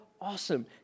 awesome